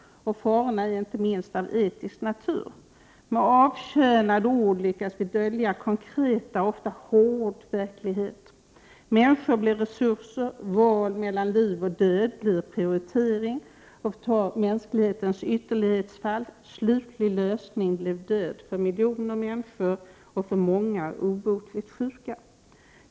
Farorna är inte minst av etisk natur. Med avkönade ord lyckas vi dölja konkret och ofta hård verklighet. Människor blir resurser. Val mellan liv och död blir prioritering och, för att ta mänsklighetens ytterlighetsfall, döden blir slutlig lösning för miljoner människor och för många obotligt sjuka.